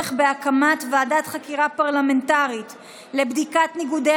הצורך בהקמת ועדת חקירה פרלמנטרית לבדיקת ניגודי